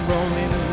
Rolling